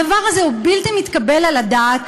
הדבר הזה הוא בלתי מתקבל על הדעת,